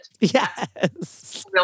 Yes